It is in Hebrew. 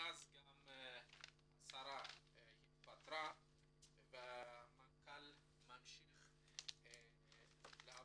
מאז גם התפטרה השרה והמנכ"ל ממשיך לעבוד,